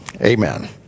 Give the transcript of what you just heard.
Amen